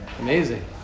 Amazing